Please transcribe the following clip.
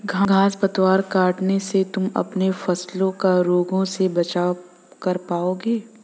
घांस पतवार हटाने से तुम अपने फसलों का रोगों से बचाव कर पाओगे